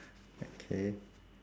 okay